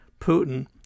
Putin